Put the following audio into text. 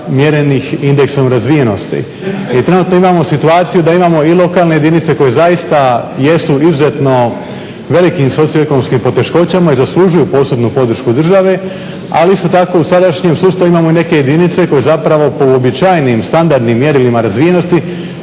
mjerenih indeksom razvijenosti. I trenutno imamo situaciju i lokalne jedinice koje zaista jesu izuzetno u velikim socioekonomskim poteškoćama i zaslužuju posebnu podršku državu ali isto tako u sadašnjem sustavu imamo neke jedinice koje zapravo po običajnim standardnim mjerilima razvijenosti